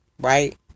right